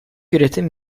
üretim